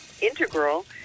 integral